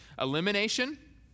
Elimination